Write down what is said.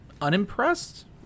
unimpressed